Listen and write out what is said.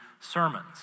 sermons